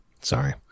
Sorry